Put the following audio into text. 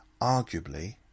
arguably